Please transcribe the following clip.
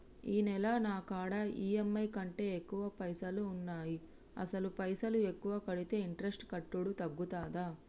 ఈ నెల నా కాడా ఈ.ఎమ్.ఐ కంటే ఎక్కువ పైసల్ ఉన్నాయి అసలు పైసల్ ఎక్కువ కడితే ఇంట్రెస్ట్ కట్టుడు తగ్గుతదా?